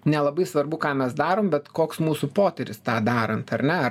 nelabai svarbu ką mes darom bet koks mūsų potyris tą darant ar ne ar